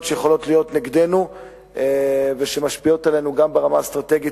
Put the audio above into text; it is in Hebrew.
שיכולות להיות נגדו ושמשפיעות עלינו גם ברמה האסטרטגית,